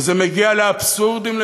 וזה מגיע לאבסורדים,